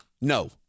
No